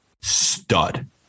stud